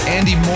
Andy